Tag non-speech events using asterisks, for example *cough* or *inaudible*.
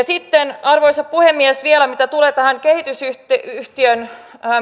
*unintelligible* sitten arvoisa puhemies vielä mitä tulee tähän kehitysyhtiön